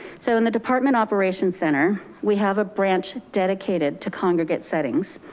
so in the department operation center, we have a branch dedicated to congregate settings,